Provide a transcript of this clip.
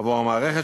עבור המערכת,